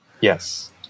Yes